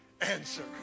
Answer